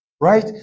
right